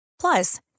Plus